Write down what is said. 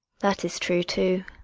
that is true, too.